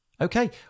Okay